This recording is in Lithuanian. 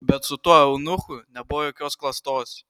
bet su tuo eunuchu nebuvo jokios klastos